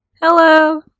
hello